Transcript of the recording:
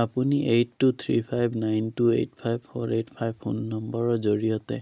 আপুনি eight two three five nine two eight five four eight five phone নম্বৰৰ জৰিয়তে